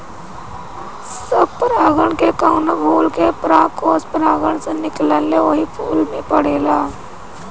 स्वपरागण में कवनो फूल के परागकोष परागण से निकलके ओही फूल पे पड़ेला